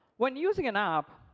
when using an app,